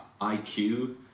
IQ